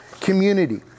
community